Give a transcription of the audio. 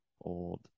old